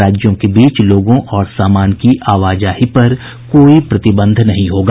राज्यों के बीच लोगों और सामान की आवाजाही पर कोई प्रतिबंध नहीं होगा